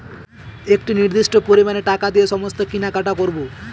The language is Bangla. একটি নির্দিষ্ট পরিমানে টাকা দিয়ে সমস্ত কেনাকাটি করবো